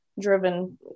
driven